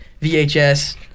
VHS